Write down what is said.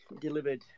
delivered